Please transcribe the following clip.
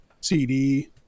cd